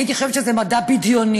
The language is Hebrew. הייתי חושבת שזה מדע בדיוני,